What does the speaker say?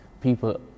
people